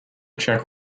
czech